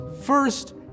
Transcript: first